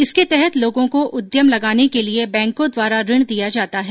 इसके तहत लोगों को उद्यम लगाने के लिए बैंकों द्वारा ऋण दिया जाता है